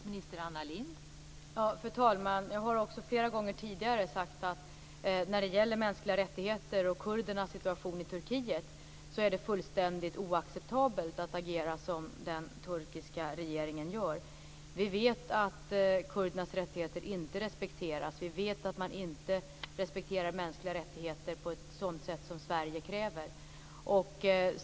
Fru talman! Jag har också flera gånger tidigare sagt att när det gäller mänskliga rättigheter och kurdernas situation i Turkiet är det fullständigt oacceptabelt att agera som den turkiska regeringen gör. Vi vet att kurdernas rättigheter inte respekteras. Vi vet att man inte respekterar mänskliga rättigheter på ett sådant sätt som Sverige kräver.